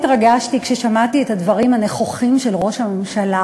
שהתרגשתי מאוד היום כששמעתי את הדברים הנכוחים של ראש הממשלה,